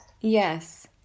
Yes